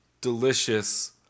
delicious